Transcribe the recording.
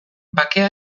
bakea